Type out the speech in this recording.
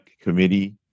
committee